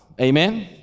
Amen